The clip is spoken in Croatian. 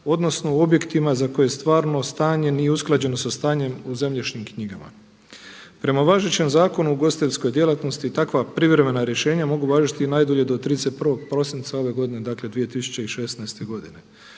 odnosno u objektima za koje stvarno stanje nije usklađeno sa stanjem u zemljišnim knjigama. Prema važećem Zakonu o ugostiteljskoj djelatnosti takva privremena rješenja mogu važiti najdulje do 31. prosinca ove godine, dakle 2016. godine.